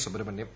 Subrahmanyam